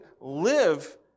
live